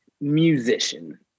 musician